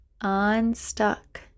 unstuck